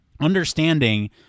understanding